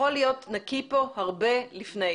יכול להיות נקי פה הרבה לפני.